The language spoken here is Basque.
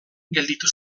gelditu